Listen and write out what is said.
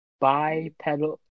bipedal